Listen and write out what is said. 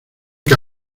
que